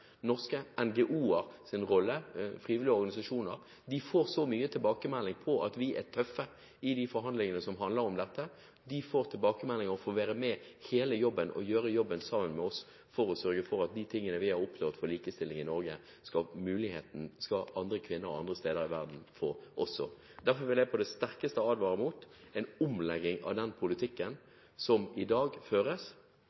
får tilbakemeldinger om å få være med og gjøre hele jobben sammen med oss for å sørge for at det vi har oppnådd for likestilling i Norge, skal kvinner andre steder i verden også få. Derfor vil jeg på det sterkeste advare mot en omlegging av den